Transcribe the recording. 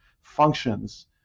functions